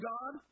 God